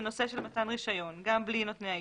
זה נושא של מתן רישיון גם בלי נותני האישור.